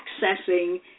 accessing